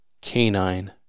Canine